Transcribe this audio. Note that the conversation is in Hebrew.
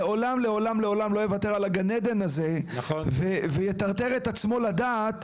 לעולם לא יוותר על גן העדן הזה ויטרטר את עצמו לדעת,